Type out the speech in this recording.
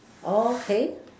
okay